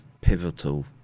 pivotal